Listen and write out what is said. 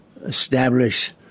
establish